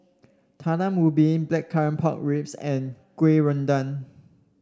Talam Ubi Blackcurrant Pork Ribs and kuih